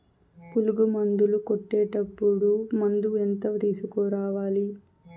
పులుగు మందులు కొట్టేటప్పుడు మందు ఎంత తీసుకురావాలి?